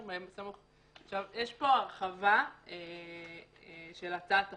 יש פה הרחבה של הצעת החוק,